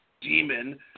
Demon